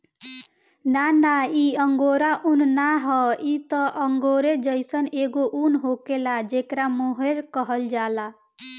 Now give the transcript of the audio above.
ना ना इ अंगोरा उन ना ह इ त अंगोरे जइसन एगो उन होखेला जेकरा मोहेर कहल जाला